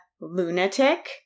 lunatic